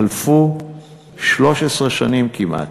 שכן הדוח המצוטט במסמך הממ"מ הוא בכלל משנת 2000. חלפו 13 שנים כמעט,